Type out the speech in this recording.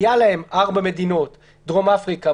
היו ארבע מדינות: דרום אפריקה,